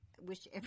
wish